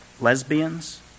lesbians